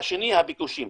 והשני הביקושים.